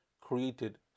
created